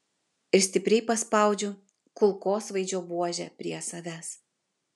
ir stipriai paspaudžiu kulkosvaidžio buožę prie savęs